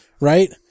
right